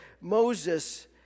Moses